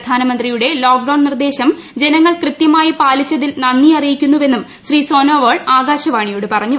പ്രധാനമന്ത്രിയുടെ ലോക്ഡൌൺ നിർദ്ദേശം ജനങ്ങൾ കൃത്യമായി പാലിച്ചതിൽ നന്ദി അറിയിക്കുവെന്നും ശ്രീ സോനോവാൾ ആകാശവാണിയോട് പറഞ്ഞു